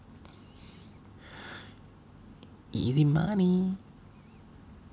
easy money